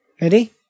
Ready